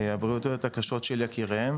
מבעיות הבריאות הקשות של יקיריהם,